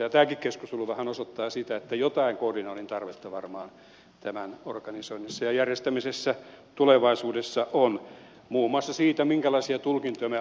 ja tämäkin keskustelu vähän osoittaa että jotain koordinoinnin tarvetta varmaan tämän organisoinnissa ja järjestämisessä tulevaisuudessa on muun muassa siinä minkälaisia tulkintoja me annamme